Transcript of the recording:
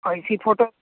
I C photo